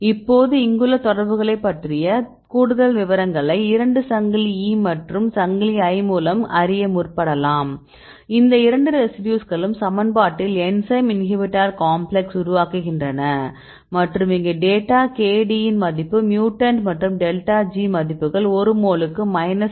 இப்போது இங்குள்ள தொடர்புகளைப் பற்றிய கூடுதல் விவரங்களை இரண்டு சங்கிலி E மற்றும் சங்கிலி I மூலம் அறிய முற்படலாம் இந்த இரண்டு ரெசிடியூஸ்களும் சமன்பாட்டில் என்சைம் இன்ஹிபிட்டர் காம்ப்ளக்ஸ் உருவாக்குகின்றன மற்றும் இங்கே டேட்டாK D இன் மதிப்பு மியூட்டன்ட் மற்றும் டெல்டா G மதிப்புகள் ஒரு மோலுக்கு மைனஸ் 17